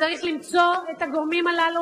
אני מאשימה את החוסר-חינוך,